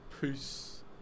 Peace